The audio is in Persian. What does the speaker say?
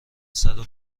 صدو